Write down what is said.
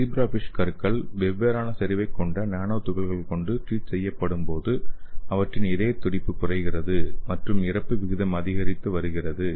zebrafish கருக்கள் வெவ்வேறான செறிவைக் கொண்ட நானோ துகள்கள் கொண்டு ட்ரீட் செய்யப்படும்போது அவற்றின் இதய துடிப்பு குறைகிறது மற்றும் இறப்பு விகிதம் அதிகரித்து வருகிறது